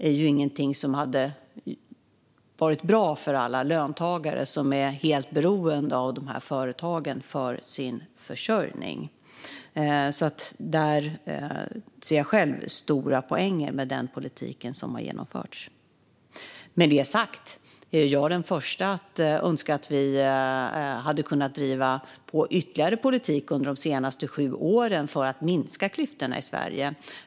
Det är inget som hade varit bra för alla löntagare som är helt beroende av dessa företag för sin försörjning. Där ser jag själv stora poänger med den politik som har genomförts. Med detta sagt är jag den första att önska att vi hade kunnat driva ytterligare politik under de senaste sju åren för att minska klyftorna i Sverige.